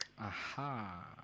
Aha